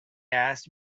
asked